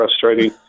frustrating